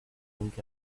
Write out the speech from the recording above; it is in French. donc